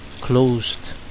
closed